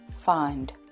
Find